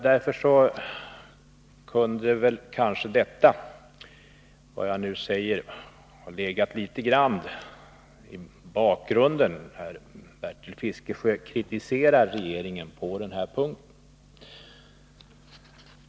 Därför kunde kanske vad jag nu säger i viss mån ha funnits med i bakgrunden när Bertil Fiskesjö kritiserar regeringen på den här punkten.